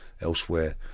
elsewhere